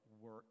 work